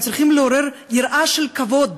צריכים לעורר יראה של כבוד,